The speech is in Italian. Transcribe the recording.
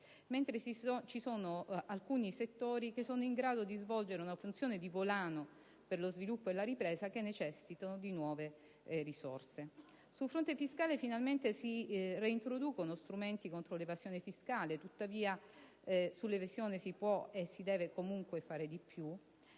mentre ci sono alcuni settori che sono in grado di svolgere una funzione di volano per lo sviluppo e la ripresa che necessitano di nuove risorse. Sul fronte fiscale si reintroducono finalmente strumenti contro l'evasione fiscale; tuttavia, sull'evasione si può e si deve fare di più;